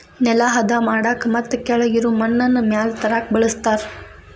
ನೆಲಾ ಹದಾ ಮಾಡಾಕ ಮತ್ತ ಕೆಳಗಿರು ಮಣ್ಣನ್ನ ಮ್ಯಾಲ ತರಾಕ ಬಳಸ್ತಾರ